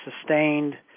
sustained